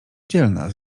dzielna